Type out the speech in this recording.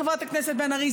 חברת הכנסת בן ארי,